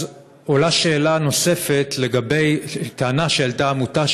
עולה שאלה נוספת לגבי הטענה שהעלתה העמותה,